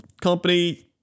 Company